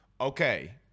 Okay